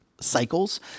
cycles